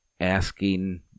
asking